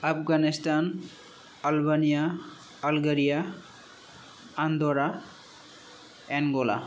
Afghanistan Albania Algeria Andorra आंगला